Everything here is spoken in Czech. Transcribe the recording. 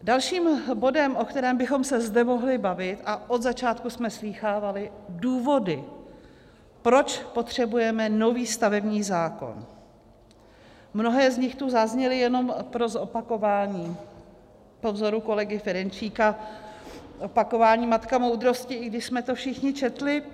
Další bod, o kterém bychom se zde mohli bavit, a od začátku jsme slýchávali důvody, proč potřebujeme nový stavební zákon, mnohé z nich tu zazněly, jenom pro zopakování po vzoru kolegy Ferjenčíka opakování matka moudrosti, i když jsme to všichni četli.